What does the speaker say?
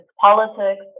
politics